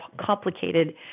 complicated